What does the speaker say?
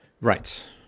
Right